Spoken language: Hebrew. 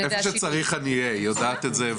איפה שצריך אני אהיה, היא יודעת את זה.